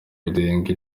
birenga